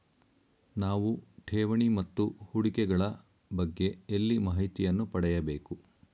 ನಾವು ಠೇವಣಿ ಮತ್ತು ಹೂಡಿಕೆ ಗಳ ಬಗ್ಗೆ ಎಲ್ಲಿ ಮಾಹಿತಿಯನ್ನು ಪಡೆಯಬೇಕು?